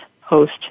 host